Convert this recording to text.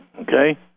Okay